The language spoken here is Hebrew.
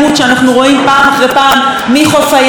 מחוף הים ועד הגדה המערבית,